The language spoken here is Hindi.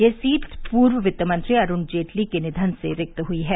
यह सीट पूर्व वित्त मंत्री अरुण जेटली के निधन से रिक्त हुई है